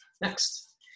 Next